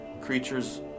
creatures